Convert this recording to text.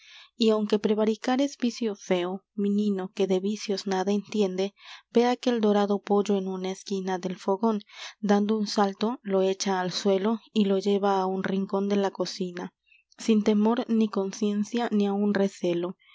dentellada y aunque prevaricar es vicio feo minino que de vicios nada entiende ve aquel dorado pollo en una esquina del fogón dando un salto lo echa al suelo y lo lleva á un rincón de la cocina sin temor n i conciencia n i aun recelo